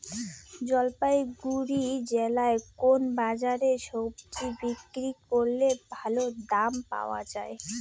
জলপাইগুড়ি জেলায় কোন বাজারে সবজি বিক্রি করলে ভালো দাম পাওয়া যায়?